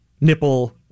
nipple